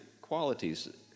qualities